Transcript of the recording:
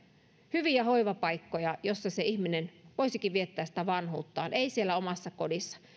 hyviä hoivapaikkoja joissa ihminen voisikin viettää vanhuuttaan eikä siellä omassa kodissa